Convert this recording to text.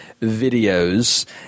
videos